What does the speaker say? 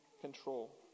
control